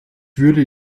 würde